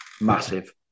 massive